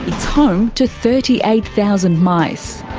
it's home to thirty eight thousand mice.